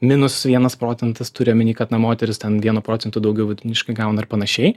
minus vienas procentas turiu omeny kad na moterys ten vienu procentu daugiau vidutiniškai gauna ir panašiai